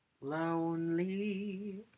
Lonely